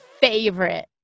favorite